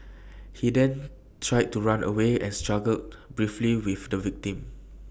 he then tried to run away and struggled briefly with the victim